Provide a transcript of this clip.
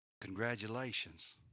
Congratulations